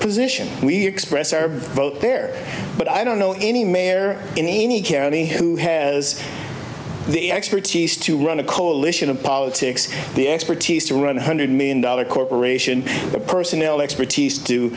position we express our vote there but i don't know any mayor in any kerry who has the expertise to run a coalition of polity the expertise to run a hundred million dollar corporation the personnel expertise to